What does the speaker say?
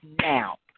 now